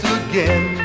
again